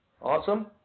Awesome